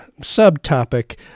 subtopic